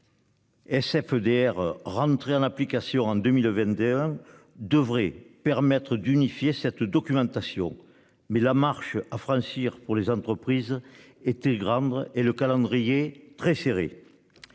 Sf EDR. Rentrer en application en 2021 devrait permettre d'unifier cette documentation mais la marche à franchir pour les entreprises était grande et le calendrier très serré.